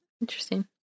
interesting